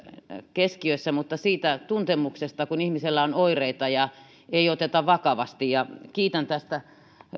keskiössä siitä tuntemuksesta kun ihmisellä on oireita eikä oteta vakavasti kiitän tästä